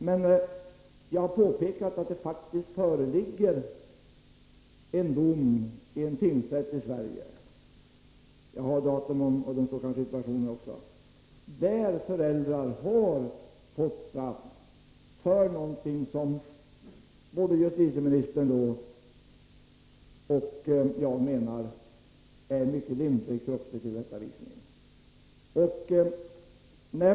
Men jag har påpekat att det faktiskt föreligger en dom i en tingsrätt i Sverige — jag kan ange datum, och dessa ting står väl också omnämnda i interpellationen — enligt vilken föräldrar har fått straff för vad alltså både justitieministern och jag menar är en mycket lindrig kroppslig tillrättavisning.